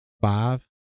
five